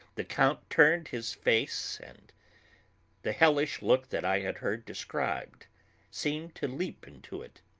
the count turned his face, and the hellish look that i had heard described seemed to leap into it.